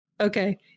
Okay